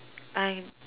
I'm